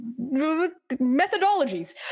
methodologies